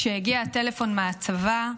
כשהגיע הטלפון מהצבא,